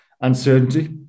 uncertainty